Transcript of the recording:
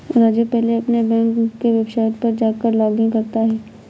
राजू पहले अपने बैंक के वेबसाइट पर जाकर लॉगइन करता है